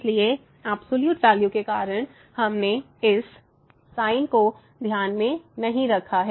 इसलिए absolute value के कारण हमने इस sin को ध्यान में नहीं रखा है